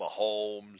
Mahomes